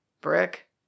brick